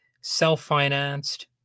Self-financed